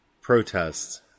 protests